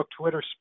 Twitter